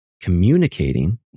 communicating